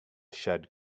shed